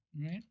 Right